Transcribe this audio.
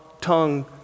tongue